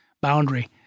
boundary